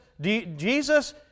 Jesus